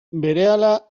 berehala